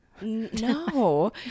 no